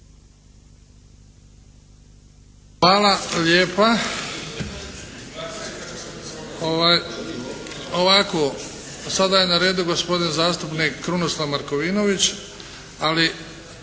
Hvala lijepa. Ovako, sada je na redu gospodin zastupnik Krunoslav Markovinović, ali